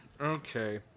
okay